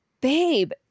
babe